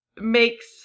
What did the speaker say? makes